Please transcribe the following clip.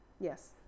yes